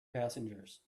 passengers